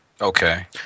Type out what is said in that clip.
Okay